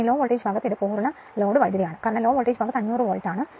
law voltage ഭാഗത്ത് ഇത് പൂർണ്ണ ലോഡ് കറന്റാണ് കാരണം ലോ വോൾട്ടേജ് ഭാഗത്ത് 500 വോൾട്ട്